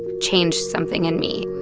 changed something in me.